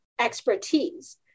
expertise